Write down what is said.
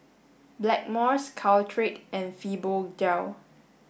Blackmores Caltrate and Fibogel